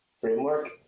Framework